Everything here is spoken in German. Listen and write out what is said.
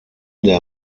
der